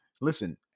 Listen